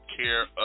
care